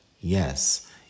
yes